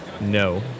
no